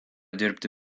dirbti